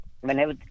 whenever